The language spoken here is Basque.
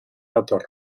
dator